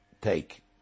take